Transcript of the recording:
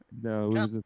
No